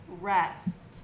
rest